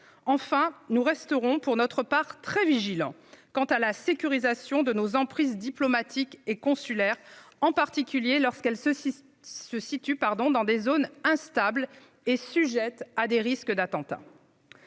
Nous resterons très vigilants, par ailleurs, quant à la sécurisation de nos emprises diplomatiques et consulaires, en particulier lorsqu'elles se situent dans des zones instables et sujettes à des risques d'attentat.